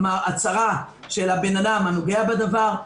כלומר הצהרה של האדם הנוגע בדבר.